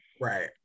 Right